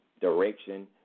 direction